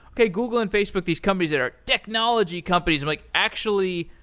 okay. google and facebook, these companies that are technology companies. i'm like, actually,